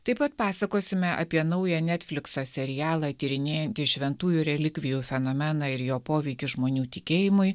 taip pat pasakosime apie naują netflikso serialą tyrinėjanti šventųjų relikvijų fenomeną ir jo poveikį žmonių tikėjimui